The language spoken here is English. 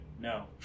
No